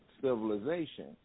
civilization